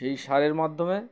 সেই সারের মাধ্যমে